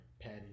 Patty